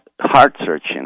heart-searching